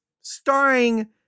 starring